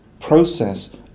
process